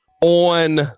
On